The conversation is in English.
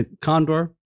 condor